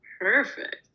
Perfect